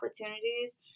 opportunities